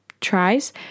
tries